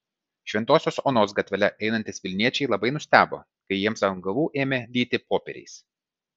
šventosios onos gatvele einantys vilniečiai labai nustebo kai jiems ant galvų ėmė lyti popieriais